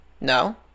No